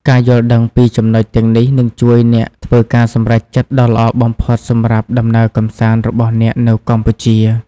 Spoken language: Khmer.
ការយល់ដឹងពីចំណុចទាំងនេះនឹងជួយអ្នកធ្វើការសម្រេចចិត្តដ៏ល្អបំផុតសម្រាប់ដំណើរកម្សាន្តរបស់អ្នកនៅកម្ពុជា។